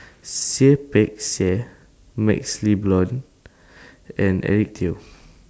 Seah Peck Seah MaxLe Blond and Eric Teo